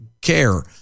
care